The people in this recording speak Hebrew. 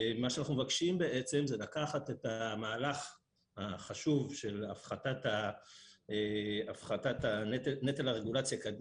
מה שאנחנו מבקשים בעצם הוא לקחת את המהלך החשוב של הפחתת נטל הרגולציה,